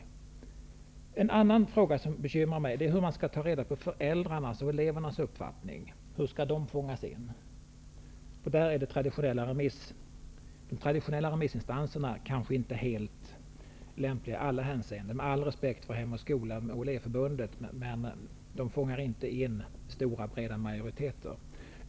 En annan fråga som bekymrar mig är hur man skall ta reda på och fånga elevers och föräldrars uppfattning. De traditionella remissinstanserna är kanske inte helt lämpliga i alla hänseenden. Med all respekt för Hem och skolas och Elevförbundets arbete fångas inte stora breda majoriteters uppfattning in.